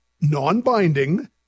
non-binding